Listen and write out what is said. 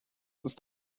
ist